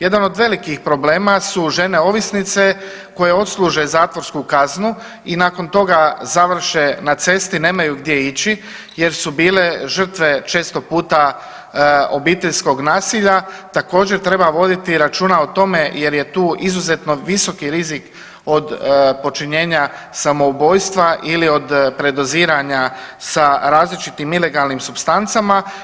Jedan od velikih problema su žene ovisnice koje odsluže zatvorsku kaznu i nakon toga završe na cesti, nemaju gdje ići jer su bile žrtve često puta obiteljskog nasilja, također treba voditi računa o tome jer je tu izuzetno visoki rizik od počinjenja samoubojstva ili od predoziranja sa različitim ilegalnim supstancama.